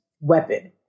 weapon